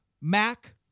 Mac